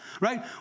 Right